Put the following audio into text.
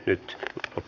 nyt op